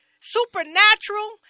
supernatural